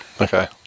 okay